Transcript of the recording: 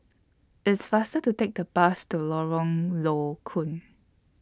It's faster to Take The Bus to Lorong Low Koon